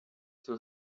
two